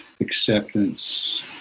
acceptance